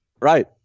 Right